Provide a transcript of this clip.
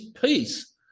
peace